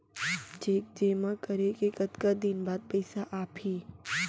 Cheque जेमा करें के कतका दिन बाद पइसा आप ही?